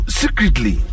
secretly